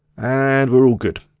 and we're all good.